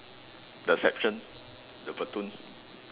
the section the platoon